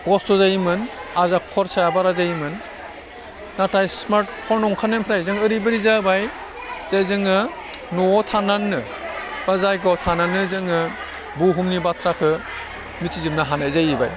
खस्थ' जायोमोन आरो जोंहा खरसाया बारा जायोमोन नाथाय स्मार्ट फन ओंखारनायनिफ्राय जोंहा ओरैबायदि जाबाय जे जोङो न'वाव थानानैनो बा जायगायाव थानानैनो जोङो बुहुमनि बाथ्राखौ मिथिजोबनो हानाय जाहैबाय